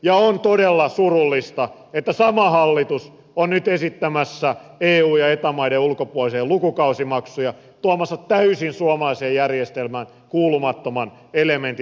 ja on todella surullista että sama hallitus on nyt esittämässä eu ja eta maiden ulkopuolisia lukukausimaksuja tuomassa täysin suomalaiseen järjestelmään kuulumattoman elementin